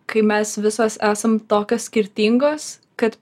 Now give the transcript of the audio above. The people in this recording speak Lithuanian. kai mes visos esam tokios skirtingos kad